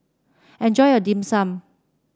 enjoy your Dim Sum